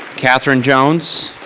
catherine jones.